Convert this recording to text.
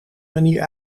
manier